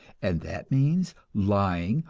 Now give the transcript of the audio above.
and that means lying,